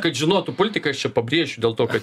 kad žinotų politikas čia pabrėšiu dėl to kad